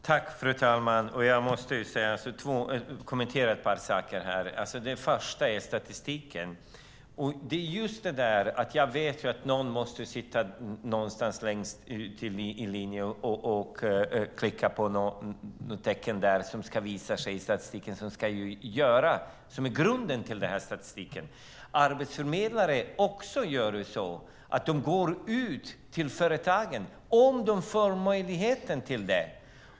Fru talman! Jag måste kommentera ett par saker här. Det första är statistiken. Det är just det att jag vet att någon måste sitta längst ut på linjen och klicka på något tecken som ska visa sig i statistiken. Det är det som är grunden till statistiken. Arbetsförmedlare går också ut till företagen om de får möjlighet till det.